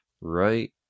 right